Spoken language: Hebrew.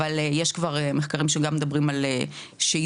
אבל יש כבר מחקרים שגם מדברים על שאידוי,